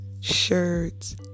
shirts